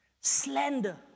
Slander